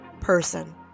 person